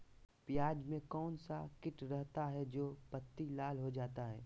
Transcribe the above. प्याज में कौन सा किट रहता है? जो पत्ती लाल हो जाता हैं